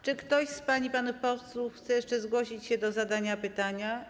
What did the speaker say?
Czy ktoś z pań i panów posłów chce jeszcze zgłosić się do zadania pytania?